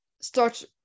start